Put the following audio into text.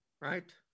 right